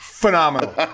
Phenomenal